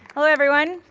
hello everyone,